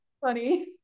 Funny